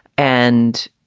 and.